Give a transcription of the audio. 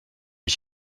ich